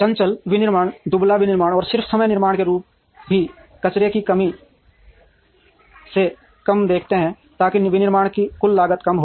चंचल विनिर्माण दुबला विनिर्माण और सिर्फ समय निर्माण के रूप भी कचरे को कम से कम देखते हैं ताकि विनिर्माण की कुल लागत कम हो